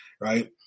Right